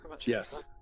yes